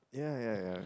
ya ya ya